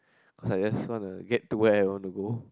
because I just want the get to way I want to go